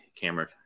camera